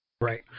Right